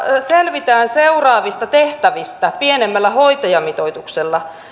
selvitään seuraavista tehtävistä pienemmällä hoitajamitoituksella